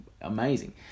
amazing